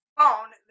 Phone